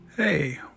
Hey